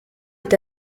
est